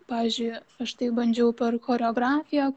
pavyzdžiui aš tai bandžiau per choreografiją